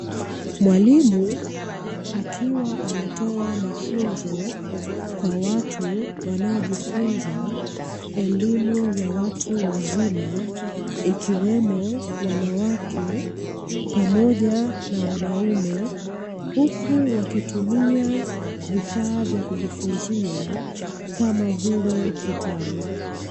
Mwalimu akiwa anatoa mafunzo kwa watu wanaojifunza elimu ya watu wazima ikiwemo wanawake pamoja na wanaume, huku wakitumia vifaa vya kujifunzia kama vile kitabu.